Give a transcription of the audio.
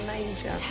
Major